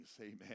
amen